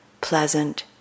pleasant